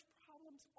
problems